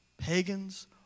pagans